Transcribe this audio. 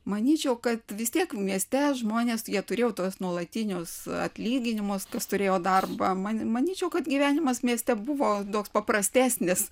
manyčiau kad vis tiek mieste žmonės jie turėjo tuos nuolatinius atlyginimus kas turėjo darbą man manyčiau kad gyvenimas mieste buvo toks paprastesnis